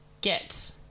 get